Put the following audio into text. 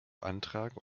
antrag